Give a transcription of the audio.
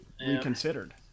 reconsidered